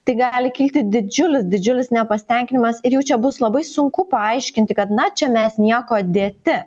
tai gali kilti didžiulis didžiulis nepasitenkinimas ir jau čia bus labai sunku paaiškinti kad na čia mes niekuo dėti